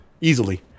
easily